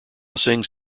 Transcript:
sings